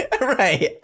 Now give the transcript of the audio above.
Right